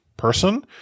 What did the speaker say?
person